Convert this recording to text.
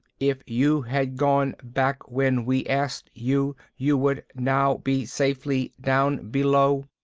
if you had gone back when we asked you, you would now be safely down below.